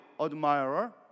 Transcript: admirer